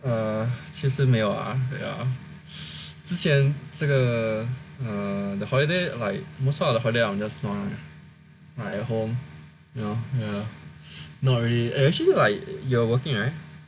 uh 其实没有 ah ya 之前这个 uh the holiday like most of the holiday just ah at home you know ya not really actually right you're working right